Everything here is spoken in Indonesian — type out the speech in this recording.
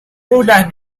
mudah